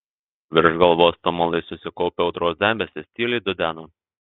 virš galvos tumulais susikaupę audros debesys tyliai dudena